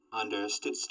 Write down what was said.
Understood